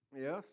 Yes